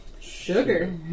Sugar